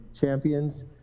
champions